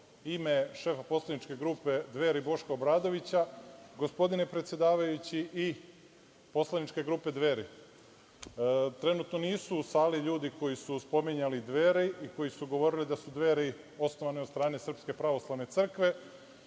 ime šefa poslaničke grupe Dveri Boška Obradovića, gospodine predsedavajući, i poslaničke grupe Dveri. Trenutno nisu u sali ljudi koji su spominjali Dveri i koji su govorili da su Dveri osnovane od strane Srpske pravoslavne crkve,